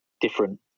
different